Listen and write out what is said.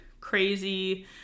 crazy